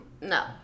no